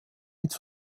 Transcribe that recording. mit